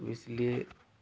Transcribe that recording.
इसलिए